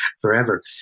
forever